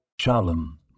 shalom